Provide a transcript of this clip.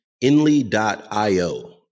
Inly.io